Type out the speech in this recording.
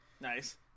Nice